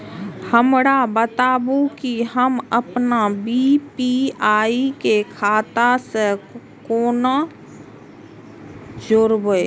हमरा बताबु की हम आपन यू.पी.आई के खाता से कोना जोरबै?